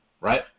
right